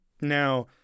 now